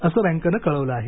असं बँकेनं कळवलं आहे